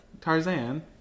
Tarzan